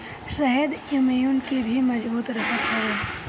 शहद इम्यून के भी मजबूत रखत हवे